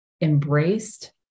embraced